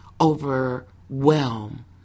overwhelm